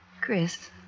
Chris